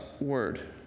word